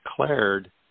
declared